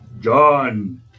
John